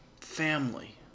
family